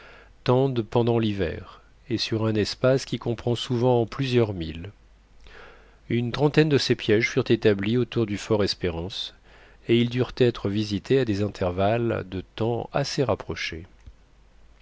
tendent pendant l'hiver et sur un espace qui comprend souvent plusieurs milles une trentaine de ces pièges furent établis autour du fort espérance et ils durent être visités à des intervalles de temps assez rapprochés